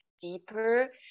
deeper